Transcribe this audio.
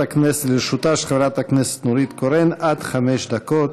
לרשותה של חברת הכנסת נורית קורן עד חמש דקות.